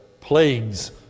plagues